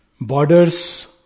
borders